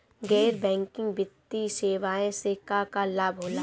गैर बैंकिंग वित्तीय सेवाएं से का का लाभ होला?